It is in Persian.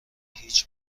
هیچ